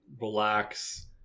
relax